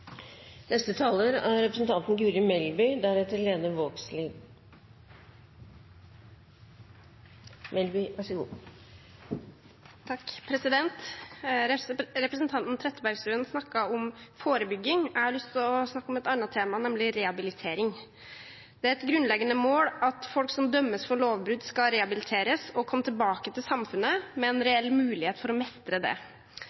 Representanten Trettebergstuen snakket om forebygging. Jeg har lyst til å snakke om et annet tema, nemlig rehabilitering. Det er et grunnleggende mål at folk som dømmes for lovbrudd, skal rehabiliteres og komme tilbake til samfunnet med en reell mulighet for å mestre det.